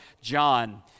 John